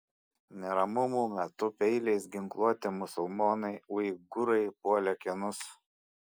neramumų metu peiliais ginkluoti musulmonai uigūrai puolė kinus